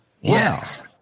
Yes